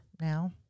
now